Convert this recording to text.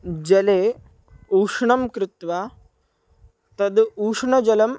जले उष्णं कृत्वा तद् उष्णजलम्